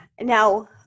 Now